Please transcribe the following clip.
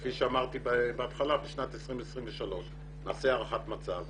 כפי שאמרתי בהתחלה, בשנת 2023 נעשה הערכת מצב.